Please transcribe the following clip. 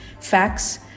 facts